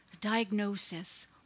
diagnosis